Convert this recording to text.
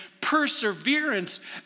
perseverance